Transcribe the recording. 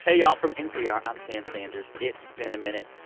y'all. from npr, i'm sam sanders, it's been a minute.